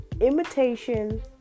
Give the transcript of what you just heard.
imitation